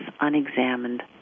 unexamined